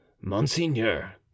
Monseigneur